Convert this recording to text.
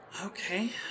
Okay